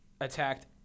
attacked